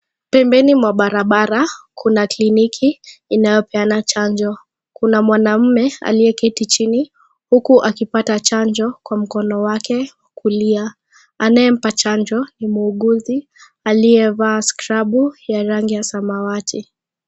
Pembeni mwa barabara, kuna kliniki inayopeana chanjo. Kuna mwanamume aliyeketi chini, huku akipata chanjo kwa mkono wake kulia. Anayempa chanjo ni muuguzi aliyevaa skrabu ya rangi ya samawati.